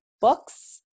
books